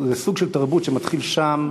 זה סוג של תרבות שמתחילה שם,